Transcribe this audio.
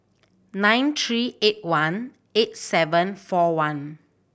nine three eight one eight seven four one